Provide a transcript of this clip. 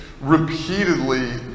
repeatedly